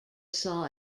saw